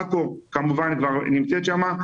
עכו כמובן כבר נמצאת שם.